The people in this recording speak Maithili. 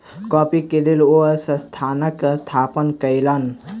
कॉफ़ी के लेल ओ संस्थानक स्थापना कयलैन